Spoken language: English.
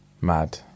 Mad